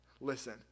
Listen